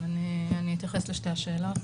אני אתייחס לשתי השאלות.